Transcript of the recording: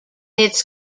its